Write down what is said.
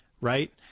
Right